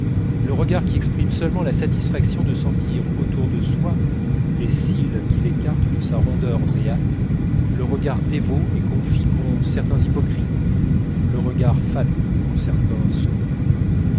le regard qui exprime seulement la satisfaction de sentir autour de soi les cils qu'il écarte de sa rondeur béate le regard dévot et confit qu'ont certains hypocrites le regard fat